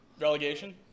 Relegation